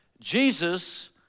Jesus